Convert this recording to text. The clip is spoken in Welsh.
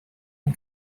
ein